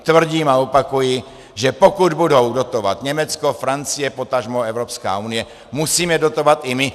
Tvrdím a opakuji, že pokud budou dotovat Německo, Francie, potažmo Evropská unie, musíme dotovat i my.